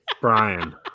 brian